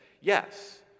yes